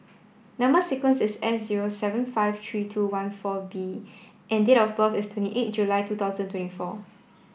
number sequence is S zero seven five three two one four B and date of birth is twenty eight July two thousand and twenty four